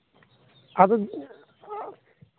ᱟᱫᱚ